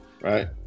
right